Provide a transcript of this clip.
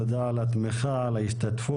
תודה על התמיכה, על ההשתתפות.